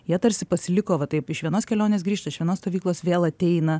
jie tarsi pasiliko va taip iš vienos kelionės grįžtu iš vienos stovyklos vėl ateina